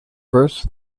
first